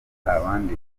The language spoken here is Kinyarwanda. abandi